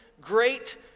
great